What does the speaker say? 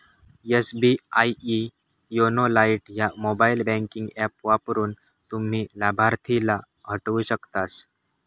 SBI YONO lite ह्या mobile banking app वापरून, तुम्ही लाभार्थीला हटवू शकतास